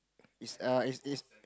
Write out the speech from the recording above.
is a is is